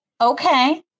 Okay